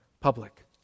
public